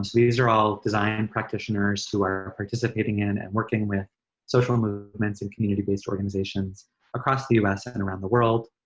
these are all design practitioners who are participating in and working with social movements and community-based organizations across the u s and around the world.